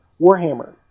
Warhammer